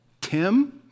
Tim